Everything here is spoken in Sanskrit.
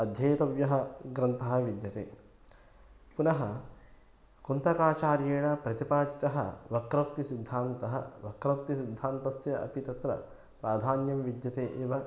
अध्येतव्यः ग्रन्थः विद्यते पुनः कुन्तकाचार्येण प्रतिपादितः वक्रोक्तिसिद्धान्तः वक्रोक्तिसिद्धान्तस्य अपि तत्र प्राधान्यं विद्यते एव